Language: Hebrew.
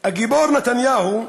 הגיבור נתניהו,